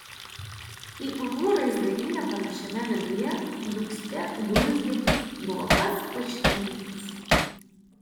į urvų raizgalynę panašiame viduje dūgzte dūzgė buvo pats karštymetis